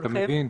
אתה מבין?